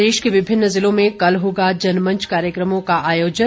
प्रदेश के विभिन्न ज़िलों में कल होगा जनमंच कार्यक्रमों का आयोजन